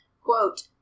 Quote